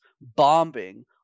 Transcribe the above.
bombing